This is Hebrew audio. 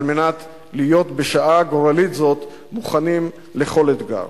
מנת להיות בשעה גורלית זו מוכנים לכל אתגר.